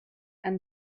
and